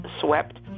swept